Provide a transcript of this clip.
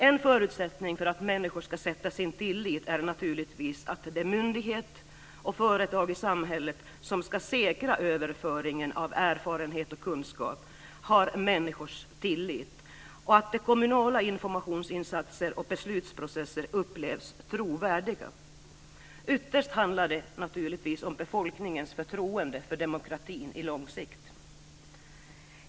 En förutsättning för att människor ska hysa tillit är naturligtvis att de myndigheter och företag i samhället som ska säkra överföringen av erfarenhet och kunskap har människors tillit och att de kommunala informationsinsatserna och beslutsprocesserna upplevs som trovärdiga. Ytterst handlar det naturligtvis om befolkningens förtroende för demokratin på lång sikt.